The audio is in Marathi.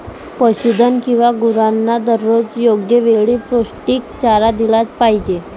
पशुधन किंवा गुरांना दररोज योग्य वेळी पौष्टिक चारा दिला पाहिजे